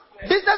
Business